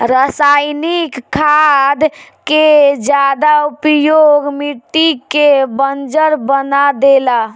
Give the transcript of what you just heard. रासायनिक खाद के ज्यादा उपयोग मिट्टी के बंजर बना देला